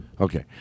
okay